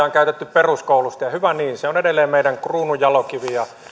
on käytetty peruskoulusta ja hyvä niin se on edelleen meidän kruununjalokivi ja